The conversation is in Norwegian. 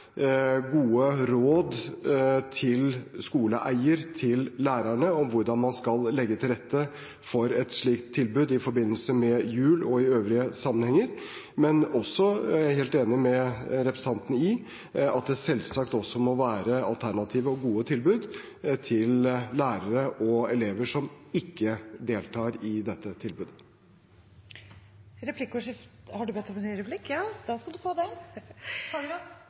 gode råd til skoleeierne og lærerne om hvordan de kan legge til rette for et slikt tilbud i forbindelse med jul og i øvrige sammenhenger. Men jeg er også helt enig med representanten i at det selvsagt må være alternative og gode tilbud til lærere og elever som ikke deltar i dette tilbudet. Selv har jeg vært rektor ved to forskjellige barneskoler. Der løste vi dette på to forskjellige måter. På den ene skolen var det